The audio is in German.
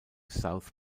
south